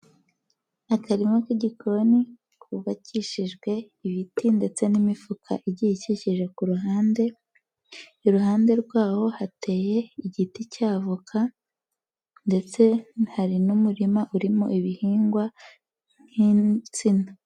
Akarima k'igikoni, kubakishijwe ibiti ndetse n'imifuka igiye ikikije ku ruhande, iruhande rwawo hateye igiti cya avoka, ndetse hari n'umurima urimo ibihingwa nk'insina.